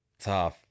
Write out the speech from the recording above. Tough